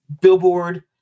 billboard